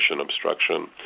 obstruction